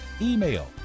email